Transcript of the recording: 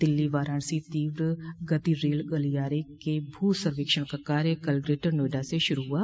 दिल्ली वाराणसी तीव्र गति रेल गलियारे के भू सर्वेक्षण का कार्य कल ग्रेटर नोएडा से शुरू हुआ